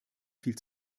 fiel